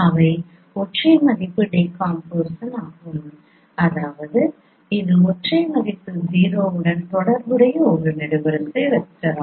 அவை ஒற்றை மதிப்பு டீகாம்போசிஷன் ஆகும் அதாவது இது ஒற்றை மதிப்பு 0 உடன் தொடர்புடைய ஒரு நெடுவரிசை வெக்டர் ஆகும்